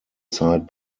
side